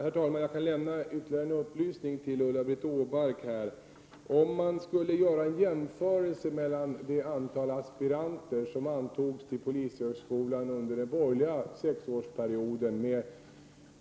Herr talman! Jag kan lämna ytterligare en upplysning till Ulla-Britt Åbark. Om man skulle göra en jämförelse mellan det antal aspiranter som antogs till polishögskolan under den borgerliga sexårsperioden